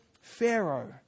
Pharaoh